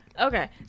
Okay